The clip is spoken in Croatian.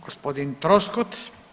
Gospodin Troskot.